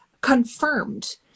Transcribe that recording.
confirmed